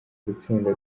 gutsinda